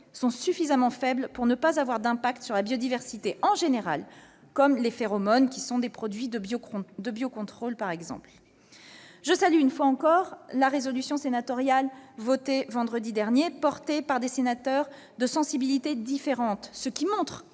sont suffisamment faibles pour ne pas avoir d'impact sur la biodiversité en général, comme les phéromones, qui sont des produits de biocontrôle. Je salue une fois encore la résolution sénatoriale votée vendredi dernier, portée par des sénateurs de sensibilités différentes, ce qui montre